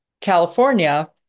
California